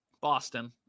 Boston